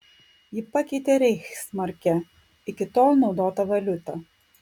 ji pakeitė reichsmarkę iki tol naudotą valiutą